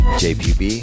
jpb